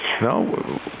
no